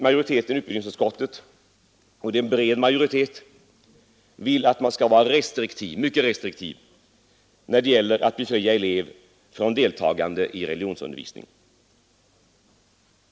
Majoriteten i utbildningsutskottet — och det är en bred majoritet — vill att man skall vara mycket restriktiv när det gäller att befria elev från deltagande i religionsundervisning.